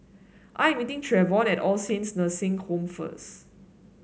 I am meeting Treyvon at All Saints Nursing Home first